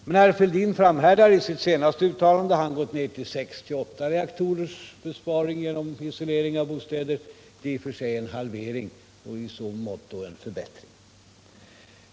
Herr Fälldin framhärdar emellertid i sitt senaste uttalande. Han har gått ned till en besparing på 6-8 reaktorer genom isolering av bostäder. S Det är i och för sig en halvering och i så måtto en förbättring.